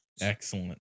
excellent